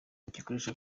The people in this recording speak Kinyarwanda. gikoreshwa